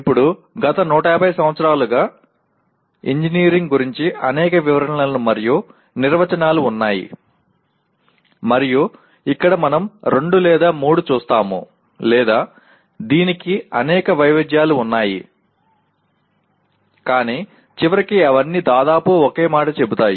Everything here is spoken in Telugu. ఇప్పుడు గత 150 సంవత్సరాలుగా ఇంజనీరింగ్ గురించి అనేక వివరణలు మరియు నిర్వచనాలు ఉన్నాయి మరియు ఇక్కడ మనం రెండు లేదా మూడు చూస్తాము లేదా దీనికి అనేక వైవిధ్యాలు ఉన్నాయి కానీ చివరికి అవన్నీ దాదాపు ఒకే మాట చెబుతాయి